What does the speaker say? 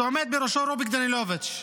שעומד בראשו רוביק דנילוביץ'